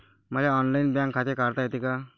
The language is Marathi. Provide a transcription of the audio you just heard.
मले ऑनलाईन बँक खाते काढता येते का?